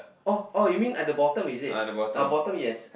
oh oh you mean at the bottom is it oh bottom yes